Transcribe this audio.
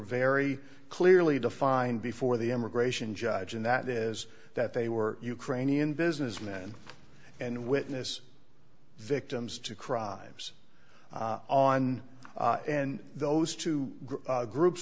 very clearly defined before the immigration judge and that is that they were ukrainian businessmen and witness victims to crimes on and those two groups